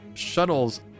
shuttles